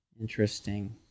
Interesting